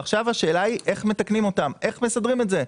והשאלה עכשיו היא איך מתקנים אותם ואיך מסדרים את זה?